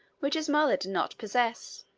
which his mother did not possess.